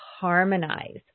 harmonize